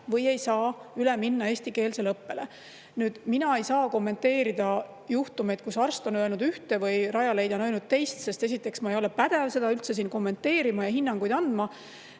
või ei saa üle minna eestikeelsele õppele. Mina ei saa kommenteerida juhtumeid, kus arst on öelnud ühte ja Rajaleidja on öelnud teist, sest ma ei ole pädev seda üldse kommenteerima ja hinnanguid andma.